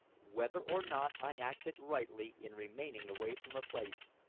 whether or not i acted rightly in remaining away from the place,